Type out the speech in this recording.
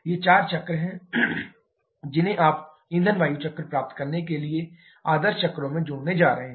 ये चार चक्र हैं जिन्हें आप ईंधन वायु चक्र प्राप्त करने के लिए आदर्श चक्रों में जोड़ने जा रहे हैं